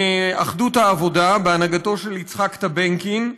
אחדות העבודה, בהנהגתו של יצחק טבנקין,